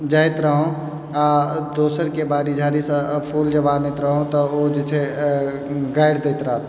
जाइत रहौँ आओर दोसरके बाड़ी झाड़ीसँ फूल जब आनैत रहौँ तऽ ओ जे छै गारि दैत रहै